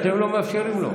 אתם לא מאפשרים לו.